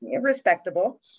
respectable